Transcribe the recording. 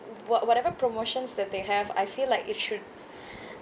what~ whatever promotions that they have I feel like it should